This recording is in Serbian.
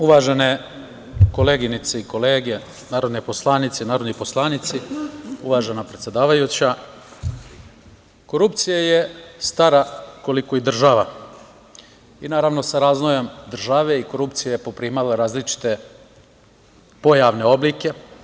Uvažene koleginice i kolege, narodne poslanice i narodni poslanici, uvažena predsedavajuća, korupcija je stara koliko i država i naravno sa razvojem države i korupcija je poprimala različite pojavne oblike.